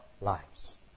lives